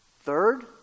Third